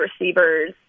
receivers